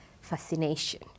fascination